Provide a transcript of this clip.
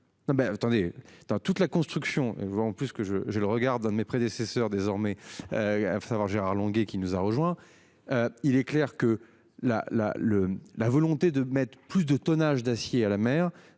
attendez dans toute la construction va en plus que je je le regarde un de mes prédécesseurs désormais. Savoir Gérard Longuet qui nous a rejoint. Il est clair que la la le la volonté de mettre plus de tonnage d'acier à la mer